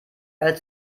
als